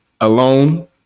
alone